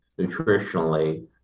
nutritionally